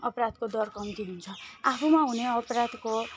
अपराधको दर कम्ती हुन्छ आफुमा हुने अपराधको